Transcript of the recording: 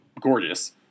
gorgeous